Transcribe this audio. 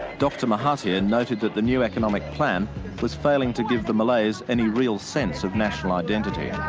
dr mahathir noted that the new economic plan was failing to give the malays any real sense of national identity. yeah